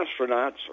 astronauts